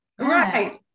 right